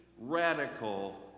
radical